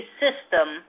system